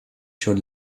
schon